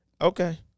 Okay